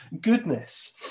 goodness